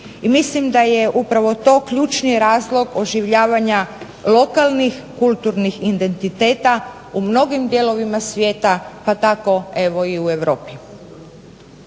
I mislim da je upravo to ključni razlog oživljavanja lokalnih kulturnih identiteta u mnogim dijelovima svijeta pa tako evo i u Europi.